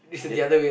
that